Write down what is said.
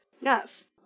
Yes